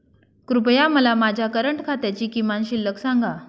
कृपया मला माझ्या करंट खात्याची किमान शिल्लक सांगा